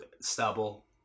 stubble